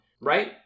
Right